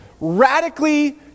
radically